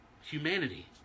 humanity